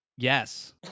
Yes